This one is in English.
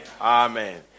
Amen